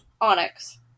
Onyx